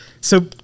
So-